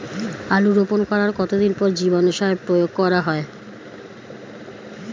আলু রোপণ করার কতদিন পর জীবাণু সার প্রয়োগ করা হয়?